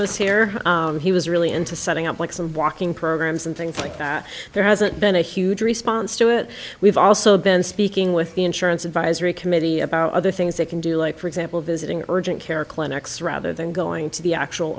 mishear he was really into setting up likes of walking programs and things like that there hasn't been a huge response to it we've also been speaking with the insurance advisory committee about other things they can do like for example visiting urgent care clinics rather than going to the actual